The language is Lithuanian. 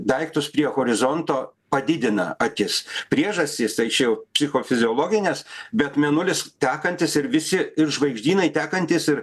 daiktus prie horizonto padidina akis priežastys tai čia jau psichofiziologinės bet mėnulis tekantis ir visi ir žvaigždynai tekantys ir